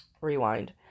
rewind